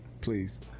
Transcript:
Please